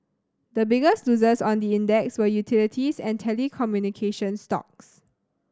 the biggest losers on the index were utilities and telecommunication stocks